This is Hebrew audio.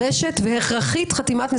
מה עוד צריך לקרות כדי שתגידו "רגע,